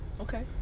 Okay